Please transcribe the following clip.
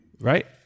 Right